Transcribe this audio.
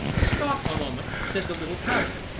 stop a moment! said the little cadi,